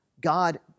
God